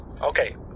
Okay